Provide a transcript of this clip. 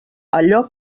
allò